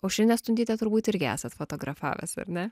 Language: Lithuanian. aušrinę stundytę turbūt irgi esat fotografavęs ar ne